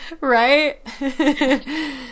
Right